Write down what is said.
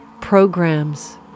programs